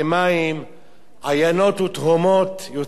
עיינות ותהומות יוצאים בבקעה ובהר,